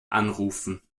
anrufen